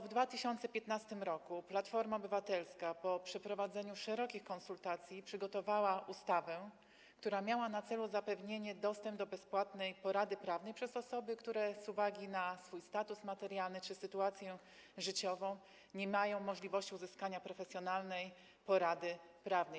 W 2015 r. to Platforma Obywatelska, po przeprowadzeniu szerokich konsultacji, przygotowała ustawę, która miała na celu zapewnienie dostępu do bezpłatnej porady prawnej osobom, które z uwagi na swój status materialny czy sytuację życiową nie mają możliwości uzyskania profesjonalnej porady prawnej.